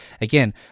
Again